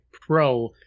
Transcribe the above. Pro